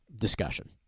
discussion